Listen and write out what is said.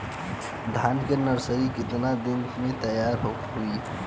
धान के नर्सरी कितना दिन में तैयार होई?